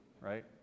right